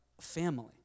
family